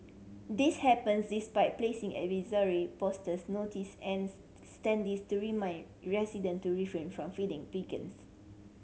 this happens despite placing advisory posters notice and standees to remind resident to refrain from feeding pigeons